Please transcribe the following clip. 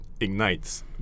ignites